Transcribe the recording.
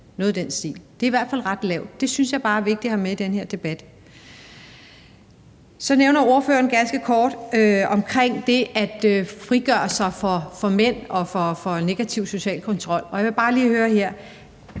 noget i den stil. Det er i hvert fald ret lavt, og det synes jeg bare er vigtigt at have med i den her debat. Så nævner ordføreren ganske kort det her med at frigøre sig fra mænd og fra negativ social kontrol, og her vil jeg bare lige høre: Er